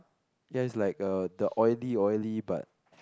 ya is like uh the oily oily but